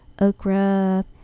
okra